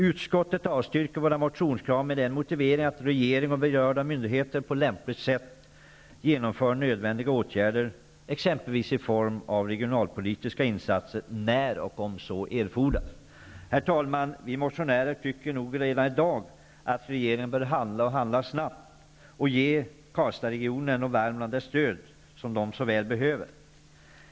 Utskottet avstyrker våra motionskrav med motiveringen att regeringen och berörda myndigheter på lämpligt sätt genomför nödvändiga åtgärder, exempelvis i form av regionalpolitiska insater när och om så erfordras. Herr talman! Vi motionärer tycker nog redan i dag att regeringen bör handla -- och den bör handla snabbt -- och ge Karlstadregionen och Värmland det stöd som de så väl behöver.